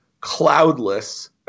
cloudless